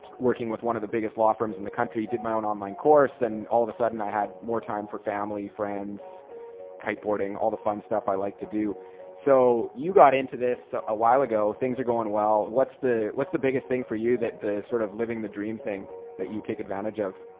working with one of the biggest law firms in the country did my online course and all of a sudden i had more time for family friends kiteboarding all the fun stuff i like to do so you got into this a while ago things are going well what's the what's the biggest thing for you that this sort of living the dream thing that you take advantage of?